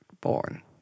born